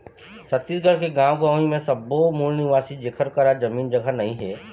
छत्तीसगढ़ के गाँव गंवई म सब्बो मूल निवासी जेखर करा जमीन जघा नइ हे